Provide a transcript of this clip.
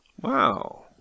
Wow